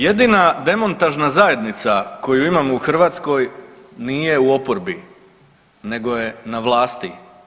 Jedina demontažna zajednica koju imamo u Hrvatskoj nije u oporbi nego je na vlasti.